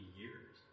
years